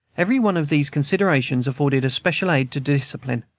every one of these considerations afforded a special aid to discipline,